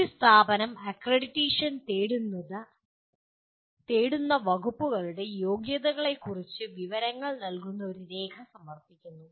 ഒരു സ്ഥാപനം അക്രഡിറ്റേഷൻ തേടുന്ന വകുപ്പുകളുടെ യോഗ്യതയെക്കുറിച്ചുള്ള വിവരങ്ങൾ നൽകുന്ന ഒരു രേഖ സമർപ്പിക്കുന്നു